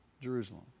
Jerusalem